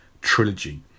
Trilogy